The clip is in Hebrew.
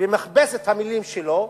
במכבסת המלים שלו,